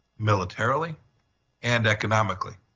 militarily and economically.